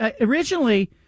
originally